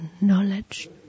knowledge